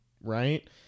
right